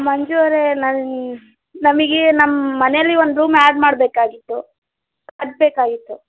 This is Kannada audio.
ಮಂಜು ಅವರೇ ನಾನು ನಮಗೆ ನಮ್ಮ ಮನೇಲ್ಲಿ ಒಂದು ರೂಮ್ ಆ್ಯಡ್ ಮಾಡಬೇಕಿತ್ತು ಅದು ಬೇಕಾಗಿತ್ತು